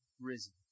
risen